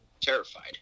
terrified